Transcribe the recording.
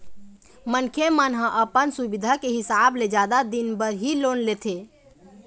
मनखे मन ह अपन सुबिधा के हिसाब ले जादा दिन बर ही लोन लेथे